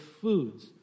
foods